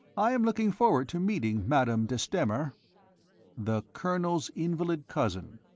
i am looking forward to meeting madame de stamer the colonel's invalid cousin,